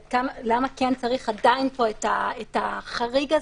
למה עדיין צריך את החריג הזה,